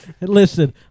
Listen